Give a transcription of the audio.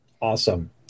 Awesome